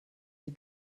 die